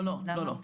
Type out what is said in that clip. לא, לא.